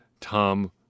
Tom